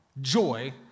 joy